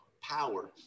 power